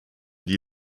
die